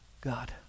God